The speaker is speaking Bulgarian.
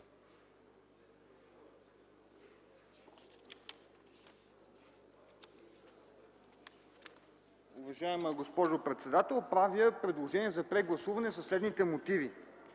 Уважаема госпожо председател, правя предложение за прегласуване със следните мотиви.